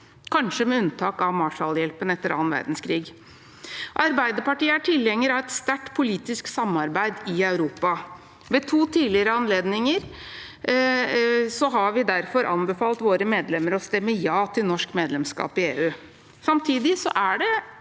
kanskje med unntak av Marshall-hjelpen etter annen verdenskrig. Arbeiderpartiet er tilhenger av et sterkt politisk samarbeid i Europa. Ved to tidligere anledninger har vi derfor anbefalt våre medlemmer å stemme ja til norsk medlemskap i EU. Samtidig er det